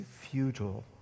futile